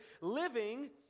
living